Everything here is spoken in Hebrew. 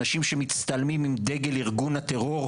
אנשים שמצטלמים עם דגל ארגון הטרור,